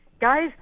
guys